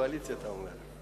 יש אילוצי קואליציה, אתה אומר.